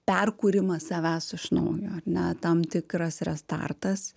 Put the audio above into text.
perkūrimas savęs iš naujo ar ne tam tikras yra startas